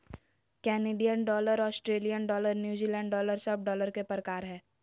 Canadian dollar, Australian dollar, New Zealand dollar सब dollar के प्रकार हय